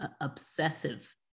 obsessive